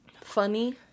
Funny